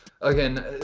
again